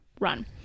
run